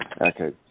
Okay